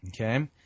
Okay